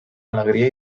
alegria